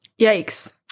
Yikes